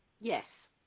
Yes